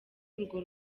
urwo